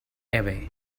away